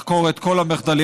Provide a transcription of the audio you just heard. לחקור את כל המחדלים.